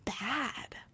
bad